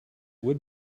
would